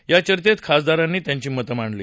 या चर्येत खासदारांनी त्यांची मतं मांडली